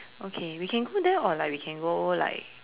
okay we can go there or like we can go like